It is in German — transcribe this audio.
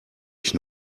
ich